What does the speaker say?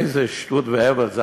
איזה שטות והבל אלה.